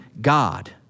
God